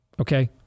Okay